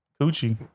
Coochie